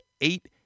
eight